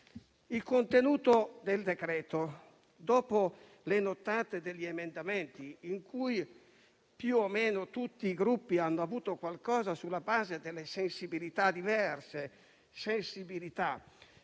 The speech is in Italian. al contenuto del decreto-legge, dopo le nottate degli emendamenti, in cui più o meno tutti i Gruppi hanno avuto qualcosa, sulla base delle sensibilità diverse e della